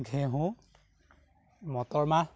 ঘেঁহু মটৰ মাহ